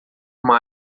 uma